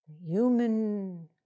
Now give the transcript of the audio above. human